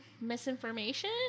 misinformation